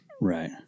Right